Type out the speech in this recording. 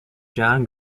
john